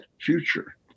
future